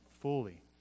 fully